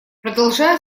продолжая